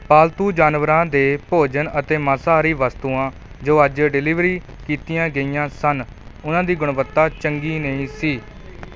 ਪਾਲਤੂ ਜਾਨਵਰਾਂ ਦੇ ਭੋਜਨ ਅਤੇ ਮਾਸਾਹਾਰੀ ਵਸਤੂਆਂ ਜੋ ਅੱਜ ਡਲੀਵਰੀ ਕੀਤੀਆਂ ਗਈਆਂ ਸਨ ਉਨ੍ਹਾਂ ਦੀ ਗੁਣਵੱਤਾ ਚੰਗੀ ਨਹੀਂ ਸੀ